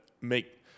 make